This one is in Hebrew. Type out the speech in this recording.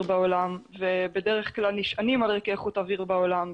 בעולם ובדרך כלל נשענים על ערכי איכות אוויר בעולם,